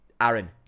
Aaron